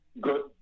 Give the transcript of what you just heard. good